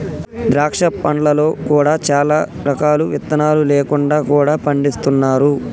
ద్రాక్ష పండ్లలో కూడా చాలా రకాలు విత్తులు లేకుండా కూడా పండిస్తున్నారు